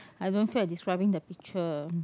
I don't feel like describing the picture